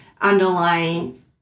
underlying